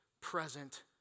present